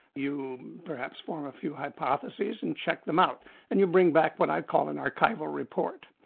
you perhaps form a few hypotheses and check them out and you bring back what i call an archival report.